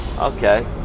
Okay